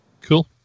Cool